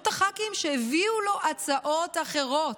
לא את הח"כים שהביאו לו הצעות אחרות.